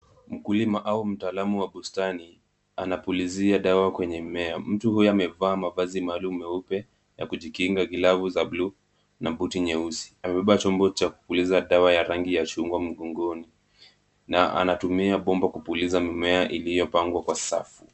Mkulima au mtaalamu wa bustani anapulizia dawa kwenye mimea. Mtu huyu amevaa mavazi maalum meupe ya kujikinga , glavu za buluu na buti nyeusi . Amebeba chombo cha kupulizia dawa ya rangi ya chungwa mgongoni na anatumia bomba kupuliza mimea iliyopangwa kwa safu.